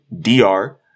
DR